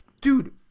Dude